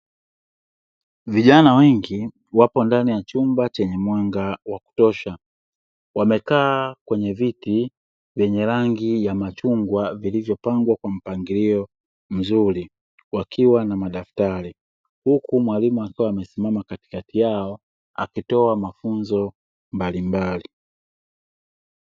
Vijana wengi wapo ndani ya chumba chenye mwanga wa kutosha, wamekaa kwenye viti vyenye rangi ya machungwa vilivyopangwa kwa mpangilio mzuri wakiwa na madaftari, huku mwalimu akiwa amesimama katikati yao akitoa mafunzo mbalimbali.